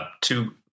two